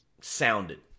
sounded